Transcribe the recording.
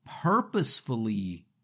purposefully